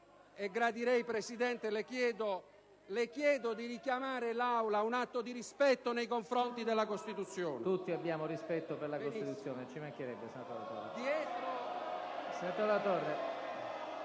Signor Presidente, le chiedo di richiamare l'Aula a un atto di rispetto nei confronti della Costituzione. PRESIDENTE. Tutti abbiamo rispetto per la Costituzione, ci mancherebbe senatore.